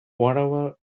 whatever